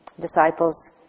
Disciples